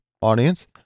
audience